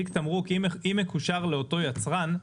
תיק תמרוק, אם מקושר לאותו יצרן,